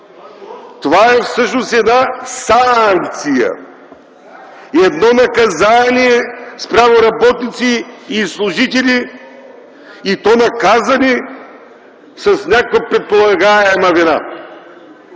Това е всъщност една санкция – едно наказание спрямо работници и служители, и то наказани с някаква предполагаема вина.